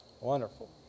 Wonderful